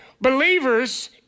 believers